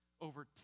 over